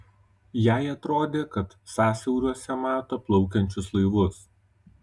jai atrodė kad sąsiauriuose mato plaukiančius laivus